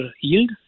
yield